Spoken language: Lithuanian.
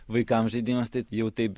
vaikam žaidimas tai jau taip